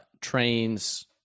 trains